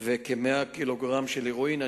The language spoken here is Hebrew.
ועוד כ-100 ק"ג של הירואין.